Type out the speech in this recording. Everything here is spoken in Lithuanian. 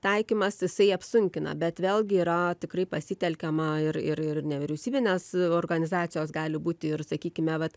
taikymas jisai apsunkina bet vėlgi yra tikrai pasitelkiama ir ir ir nevyriausybinės organizacijos gali būti ir sakykime vat